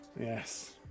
Yes